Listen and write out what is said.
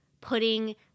putting